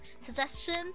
Suggestions